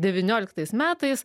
devynioliktais metais